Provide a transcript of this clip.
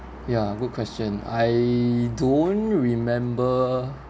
ya good question I don't remember